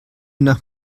nach